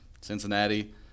Cincinnati